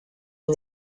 and